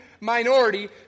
minority